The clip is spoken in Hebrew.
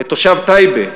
את תושב טייבה,